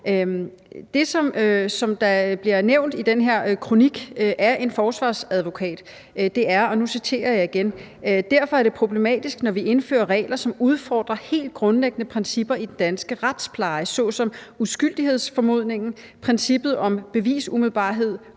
Det, som der bliver nævnt i den her kronik af en forsvarsadvokat, er, og nu citerer jeg igen: »Derfor er det problematisk, når vi indfører regler, som udfordrer helt grundlæggende principper i den danske retspleje, såsom uskyldighedsformodningen, princippet om bevisumiddelbarhed,